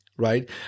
Right